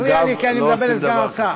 אתה מפריע לי, כי אני מדבר עם סגן השר.